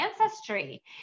ancestry